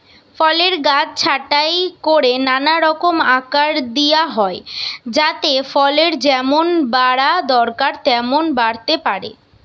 ফলের গাছ ছাঁটাই কোরে নানা রকম আকার দিয়া হয় যাতে ফলের যেমন বাড়া দরকার তেমন বাড়তে পারে